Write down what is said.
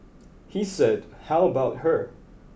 he said how about her